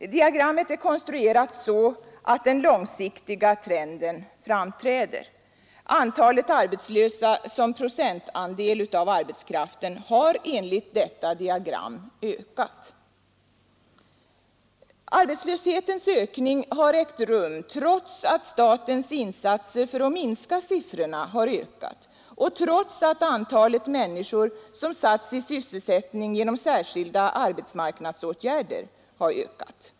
Diagrammet är konstruerat så att den långsiktiga trenden framträder. Antalet arbetslösa som procentandel av arbetskraften har enligt detta diagram ökat. Arbetslöshetens ökning har ägt rum trots att statens insatser för att minska siffrorna ökat och trots att antalet människor som satts i sysselsättning genom särskilda arbetsmarknadsåtgärder ökat.